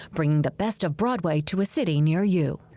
bring the best of broadway to a city near you.